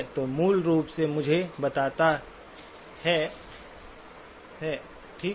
तो मूल रूप से मुझे बताता है कि ठीक है